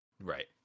right